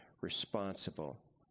responsible